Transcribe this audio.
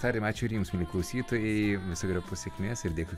tariam ačiū ir jums mieli klausytojai visokeriopos sėkmės ir dėkui